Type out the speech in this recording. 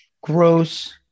gross